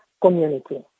community